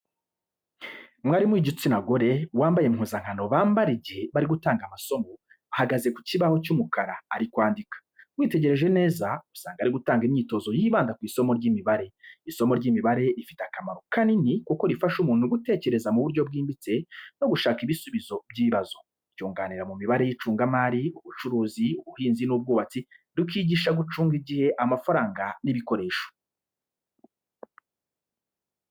Mwarimu w'igitsina gore wambaye impuzankano bambara igihe bari gutanga amasomo ahagaze ku kibaho cy'umukara ari kwandika. Witegereje neza, usanga ari gutanga imyitozo yibanda ku isomo ry'imibare. Isomo ry’imibare rifite akamaro kanini kuko rifasha umuntu gutekereza mu buryo bwimbitse no gushaka ibisubizo by’ibibazo. Ryunganira mu mibare y’icungamari, ubucuruzi, ubuhinzi n’ubwubatsi, rikigisha gucunga igihe, amafaranga n’ibikoresho.